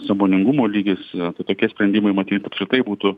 sąmoningumo lygis tie tokie sprendimai matyt apskritai būtų